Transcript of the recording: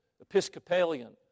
Episcopalian